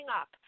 up